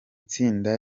tsinda